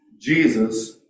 Jesus